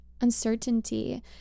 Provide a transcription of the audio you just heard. uncertainty